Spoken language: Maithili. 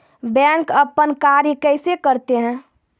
बैंक अपन कार्य कैसे करते है?